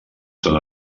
són